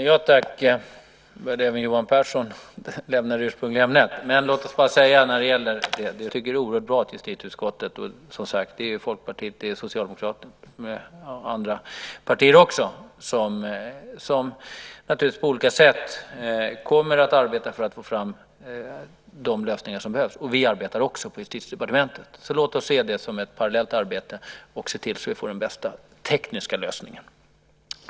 Herr talman! Nu börjar även Johan Pehrson lämna det ursprungliga ämnet. Låt oss bara säga när det gäller det ursprungliga ämnet att jag tycker att det är oerhört bra att justitieutskottet - det är Folkpartiet, Socialdemokraterna och andra partier också - på olika sätt kommer att arbeta för att få fram de lösningar som behövs. Vi arbetar också på Justitiedepartementet. Så låt oss se det som ett parallellt arbete och se till så att vi får den bästa tekniska lösningen.